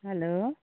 hello